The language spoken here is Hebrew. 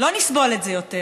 לא נסבול את זה יותר,